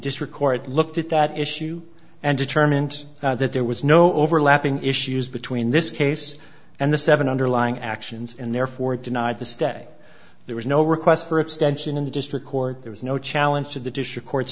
court looked at that issue and determined that there was no overlapping issues between this case and the seven underlying actions and therefore denied the stay there was no request for extension in the district court there was no challenge to the dish or court